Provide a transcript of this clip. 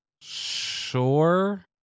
Sure